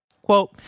Quote